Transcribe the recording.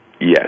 Yes